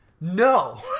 No